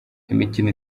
imikino